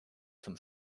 zum